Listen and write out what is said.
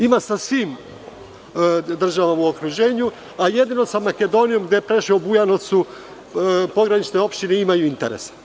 Ima sa svim državama u okruženju, a jedino sa Makedonijom gde je Preševo, Bujanovac, pogranične opštine imaju interese.